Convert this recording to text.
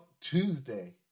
Tuesday